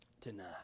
tonight